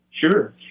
Sure